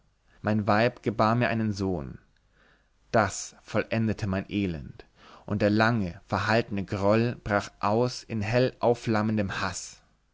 mein weib gebar mir einen sohn das vollendete mein elend und der lange verhaltene groll brach aus in hell aufflammenden haß